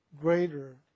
greater